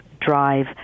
drive